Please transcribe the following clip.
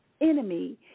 enemy